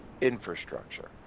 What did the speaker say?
infrastructure